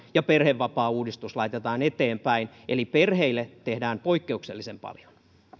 ja perhevapaauudistus laitetaan eteenpäin eli perheille tehdään poikkeuksellisen paljon